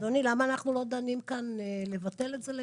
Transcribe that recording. אדוני, למה אנחנו לא דנים כאן לבטל את זה לגמרי?